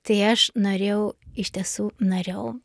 tai aš norėjau iš tiesų norėjau